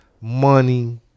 money